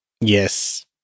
Yes